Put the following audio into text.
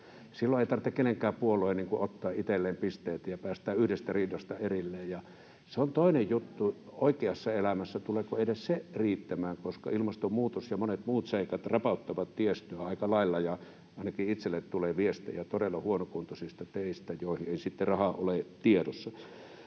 Silloin ei tarvitse kenenkään puolueen ottaa itselleen pisteitä ja päästään yhdestä riidasta erilleen, ja se on toinen juttu oikeassa elämässä, että tuleeko edes se riittämään, koska ilmastonmuutos ja monet muut seikat rapauttavat tiestöä aika lailla, ja ainakin itselleni tulee viestejä todella huonokuntoisista teistä, joihin ei sitten rahaa ole tiedossa.